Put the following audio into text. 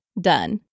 done